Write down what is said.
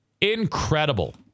Incredible